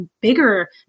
bigger